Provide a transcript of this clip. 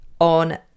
on